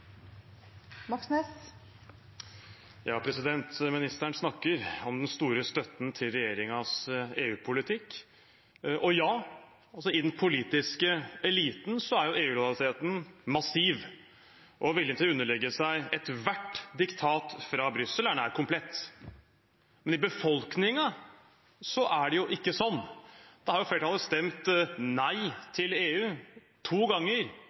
Ministeren snakker om den store støtten til regjeringens EU-politikk. Og ja, i den politiske eliten er EU-lojaliteten massiv, og villigheten til å underlegge seg ethvert diktat fra Brussel er nær komplett. Men i befolkningen er det ikke sånn. Flertallet har stemt nei til EU to ganger